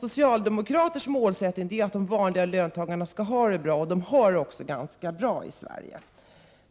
Socialdemokraternas mål är att de vanliga löntagarna skall ha det bra, och de har det också ganska bra i Sverige.